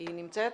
היא נמצאת?